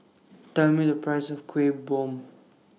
Tell Me The priceS of Kuih Bom